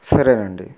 సరేనండి